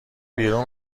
بیرون